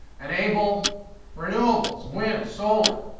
enable renewables, wind, solar.